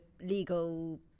legal